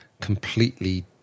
completely